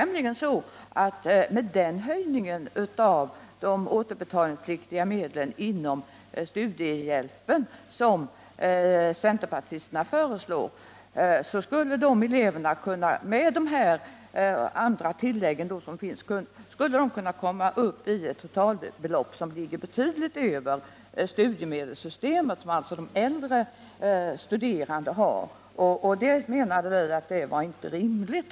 Med den höjning av de återbetalningspliktiga medlen inom studiehjälpen som centerpartisterna föreslår skulle eleverna, med de övriga tillägg som finns, komma upp i ett totalbelopp som ligger betydligt över studiemedelssystemets, dvs. det belopp som äldre studerande får, och det ansåg vi inte rimligt.